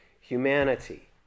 humanity